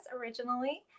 originally